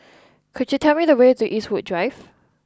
could you tell me the way to Eastwood Drive